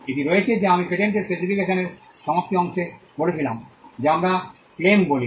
এটিই রয়েছে যা আমি পেটেন্টের স্পেসিফিকেশনের সমাপ্তি অংশে বলেছিলাম যা আমরা ক্লেম বলি